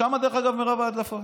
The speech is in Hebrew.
שם, דרך אגב, מרב ההדלפות